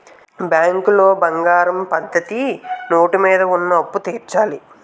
బ్యాంకులో బంగారం పద్ధతి నోటు మీద ఉన్న అప్పు తీర్చాలి